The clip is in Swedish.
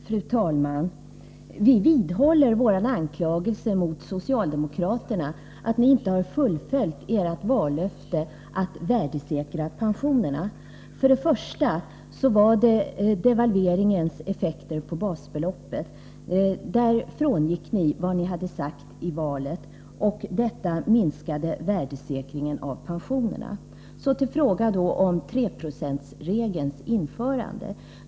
Fru talman! Vi vidhåller vår anklagelse mot socialdemokraterna — att ni inte har fullföljt ert vallöfte att värdesäkra pensionerna. Till att börja med uppstod devalveringseffekter på basbeloppet. Där frångick ni vad ni sagt i valet. Detta medför att värdesäkringen av pensionerna inte höll. Så till frågan om 3-procentsregelns införande.